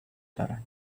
دارند